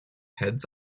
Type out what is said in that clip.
heads